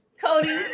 Cody